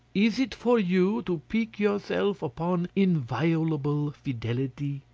is it for you to pique yourself upon inviolable fidelity?